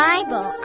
Bible